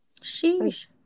sheesh